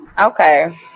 Okay